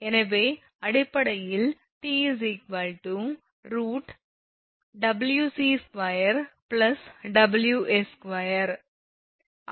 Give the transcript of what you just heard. எனவே அடிப்படையில் 𝑇 √ 𝑊𝑐 2 𝑊𝑠 2